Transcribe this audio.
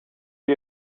lui